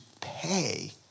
pay